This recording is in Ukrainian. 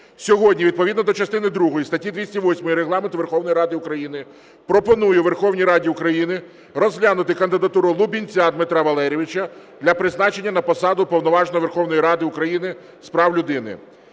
Сьогодні відповідно до частини другої статті 208 Регламенту Верховної Ради України пропоную Верховній Раді України розглянути кандидатуру Лубінця Дмитра Валерійовича для призначення на посаду Уповноваженого Верховної Ради України з прав людини.